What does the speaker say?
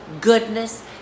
goodness